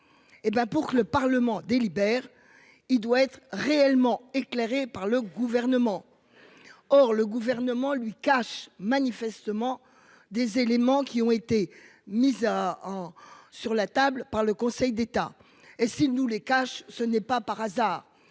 pour que le parlement délibère. Il doit être réellement éclairé par le gouvernement. Or le gouvernement lui cache manifestement des éléments qui ont été mises à en sur la table par le Conseil d'État et s'ils nous les cachent, ce n'est pas par hasard